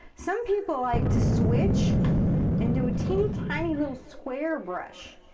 some people like to switch and do a teeny tiny little square brush.